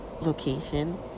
location